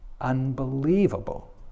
unbelievable